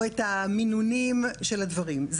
או את המינונים של הדברים,